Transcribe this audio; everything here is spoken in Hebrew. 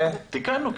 כן, תיקנו.